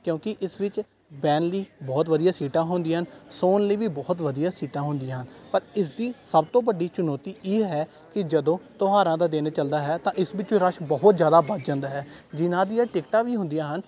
ਕਿਉਂਕਿ ਇਸ ਵਿੱਚ ਬਹਿਣ ਲਈ ਬਹੁਤ ਵਧੀਆ ਸੀਟਾਂ ਹੁੰਦੀਆਂ ਹਨ ਸੌਣ ਲਈ ਵੀ ਬਹੁਤ ਵਧੀਆ ਸੀਟਾਂ ਹੁੰਦੀਆਂ ਪਰ ਇਸ ਦੀ ਸਭ ਤੋਂ ਵੱਡੀ ਚੁਣੌਤੀ ਇਹ ਹੈ ਕਿ ਜਦੋਂ ਤਿਉਹਾਰਾਂ ਦਾ ਦਿਨ ਚੱਲਦਾ ਹੈ ਤਾਂ ਇਸ ਵਿੱਚ ਰਸ਼ ਬਹੁਤ ਜ਼ਿਆਦਾ ਵੱਧ ਜਾਂਦਾ ਹੈ ਜਿਹਨਾਂ ਦੀਆ ਟਿਕਟਾਂ ਵੀ ਹੁੰਦੀਆਂ ਹਨ